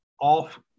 off